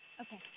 Okay